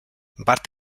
bart